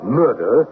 murder